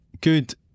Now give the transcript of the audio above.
good